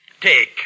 Take